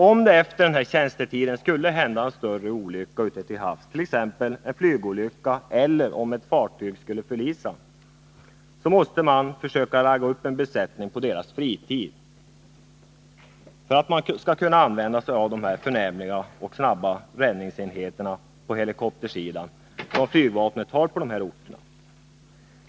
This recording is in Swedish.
Om det efter tjänstetiden skulle hända en större olycka ute till havs, t.ex. en flygolycka eller om ett fartyg skulle förlisa, så måste man försöka ragga upp en besättning på dess fritid för att kunna använda sig av de förnämliga och snabba räddningsenheter på helikoptersidan som flygvapnet har på dessa orter.